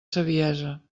saviesa